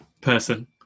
person